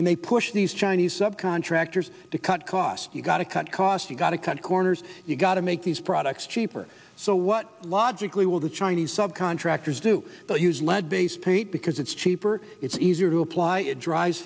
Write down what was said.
and they push these chinese subcontractors to cut costs you've got to cut costs you've got to cut corners you've got to make these products cheaper so what logically will the chinese sub contractors do use lead based paint because it's cheaper it's easier to apply it dries